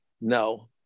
No